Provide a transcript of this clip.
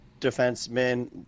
defensemen